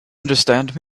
understand